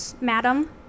madam